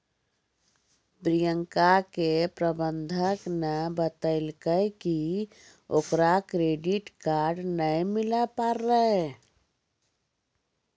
प्रियंका के प्रबंधक ने बतैलकै कि ओकरा क्रेडिट कार्ड नै मिलै पारै